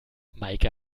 meike